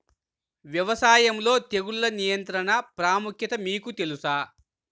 వ్యవసాయంలో తెగుళ్ల నియంత్రణ ప్రాముఖ్యత మీకు తెలుసా?